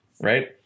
right